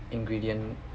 ingredient